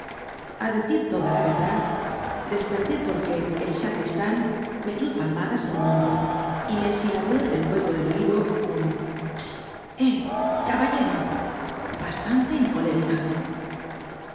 pulpito a decir toda la verdad desperté porque el sacristán me dio palmadas en un hombro y me silabeó en el hueco del oído un pssitt eh caballero bastante encolerizado